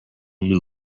new